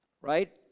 Right